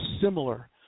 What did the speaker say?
similar